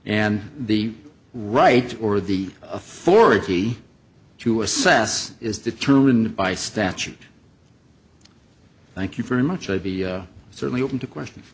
and the right or the authority to assess is determined by statute thank you very much i'd be certainly open to question